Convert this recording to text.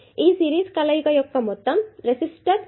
ఈ సిరీస్ కలయిక యొక్క మొత్తం రెసిస్టన్స్ 5కిలోΩ